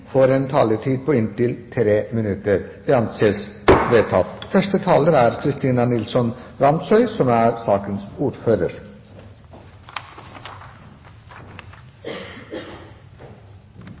får en taletid på inntil 3 minutter. – Det anses vedtatt. Dette er en sak som har skapt veldig mye engasjement blant mange, og det er